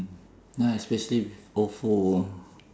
ya especially ofo